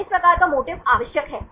तो इस प्रकार का मोटिफ आवश्यक है